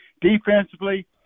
Defensively